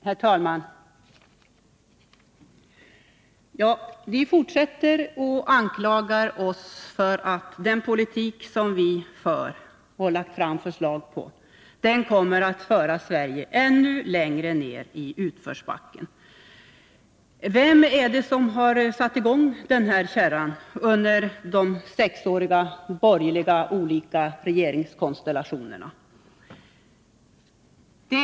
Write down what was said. Herr talman! Våra meningsmotståndare fortsätter att anklaga oss för att den politik som vi för och har lagt fram förslag om kommer att föra Sverige ännu längre ner i utförsbacken. Men vem är det som har satt i gång kärran under de sex åren med olika borgerliga regeringskonstellationer?